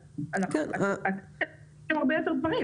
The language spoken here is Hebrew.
את יכולה למצוא שם הרבה יותר דברים.